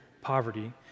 poverty